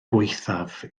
gwaethaf